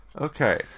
Okay